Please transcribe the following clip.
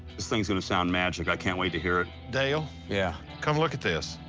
this thing's gonna sound magic. i can't wait to hear it. dale? yeah? come look at this.